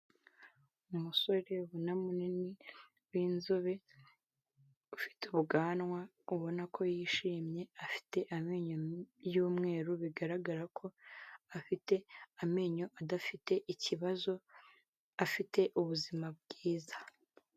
Umusore ubona munini, w'inzobe, ufite ubwanwa, ubona ko yishimye. Afite amenyo y'umweru bigaragara ko afite amenyo adafite ikibazo, afite ubuzima bwiza.